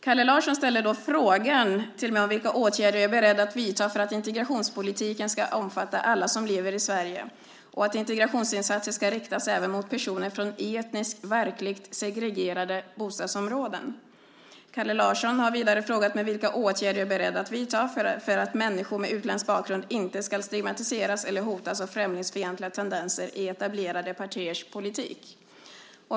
Kalle Larsson ställde frågan till mig om vilka åtgärder jag är beredd att vidta för att integrationspolitiken ska omfatta alla som lever i Sverige, och att integrationsinsatser ska riktas även mot personer från etniskt verkligt segregerade bostadsområden. Kalle Larsson har vidare frågat mig vilka åtgärder jag är beredd att vidta för att människor med utländsk bakgrund inte ska stigmatiseras eller hotas av främlingsfientliga tendenser i etablerade partiers politik.